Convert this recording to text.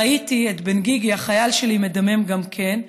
ראיתי את בן גיגי, החייל שלי, מדמם גם כן,